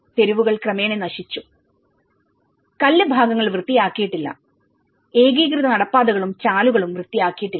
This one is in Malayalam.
തെരുവുകൾ ക്രമേണ നശിച്ചുകല്ല് ഭാഗങ്ങൾ വൃത്തിയാക്കിയിട്ടില്ല ഏകീകൃത നടപ്പാതകളും ചാലുകളും വൃത്തിയാക്കിയിട്ടില്ല